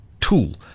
tool